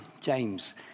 James